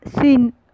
seen